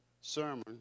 sermon